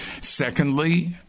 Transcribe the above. Secondly